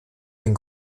den